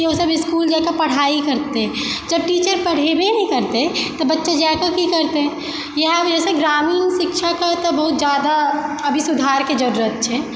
कि ओसब इसकुल जाकऽ पढ़ाइ करतै जब टीचर पढ़ेबय नहि करतइ तऽ बच्चा जाकऽ की करतइ इएह वजहसँ ग्रामीण शिक्षाके एतऽ बहुत जादा अभी सुधारके जरूरत छै